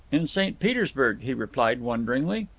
in st. petersburg, he replied wonderingly.